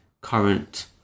current